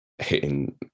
hitting